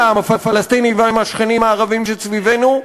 העם הפלסטיני ועם השכנים הערבים שסביבנו,